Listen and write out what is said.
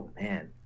man